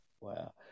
Wow